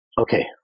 okay